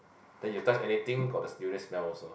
then you touch anything got the durian smell also